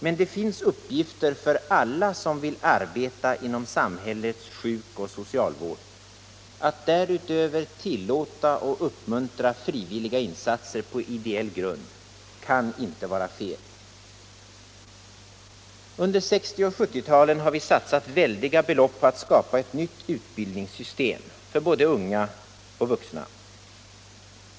Men det finns uppgifter för alla som vill arbeta inom samhällets sjuk och socialvård. Att därutöver tillåta och uppmuntra frivilliga insatser på ideell grund kan inte vara fel. Under 1960 och 1970-talen har vi satsat väldiga belopp på att skapa ett nytt utbildningssystem för både unga och vuxna.